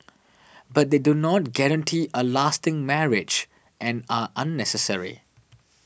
but they do not guarantee a lasting marriage and are unnecessary